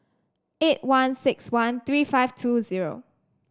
eight one six one three five two zero